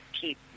keep